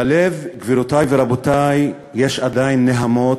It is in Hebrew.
ללב, גבירותי ורבותי, יש עדיין נהמות,